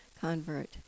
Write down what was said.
convert